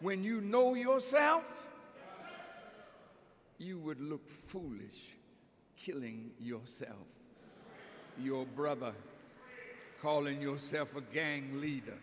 when you know yourself you would look foolish killing yourself and your brother calling yourself a gang leader